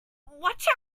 watch